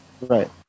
Right